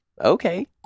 Okay